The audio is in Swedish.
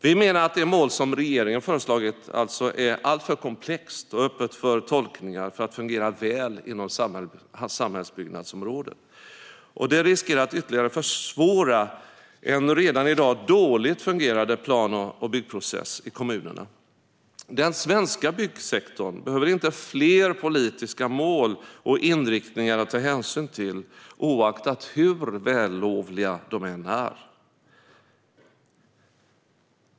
Vi menar att det mål som regeringen har föreslagit är alltför komplext och öppet för tolkningar för att fungera väl inom samhällsbyggnadsområdet. Det riskerar att ytterligare försvåra en redan i dag dåligt fungerande plan och byggprocess i kommunerna. Den svenska byggsektorn behöver inte fler politiska mål och inriktningar att ta hänsyn till, oavsett hur vällovliga dessa är.